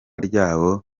ryabo